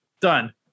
done